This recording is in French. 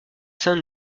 seins